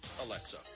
Alexa